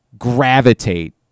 gravitate